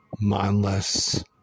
mindless